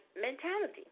mentality